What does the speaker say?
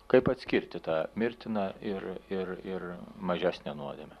kaip atskirti tą mirtiną ir ir ir mažesnę nuodėmę